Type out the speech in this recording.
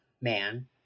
man